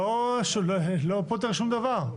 לא פותר שום דבר,